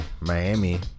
Miami